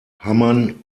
hamann